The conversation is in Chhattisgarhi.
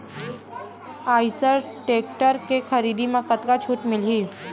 आइसर टेक्टर के खरीदी म कतका छूट मिलही?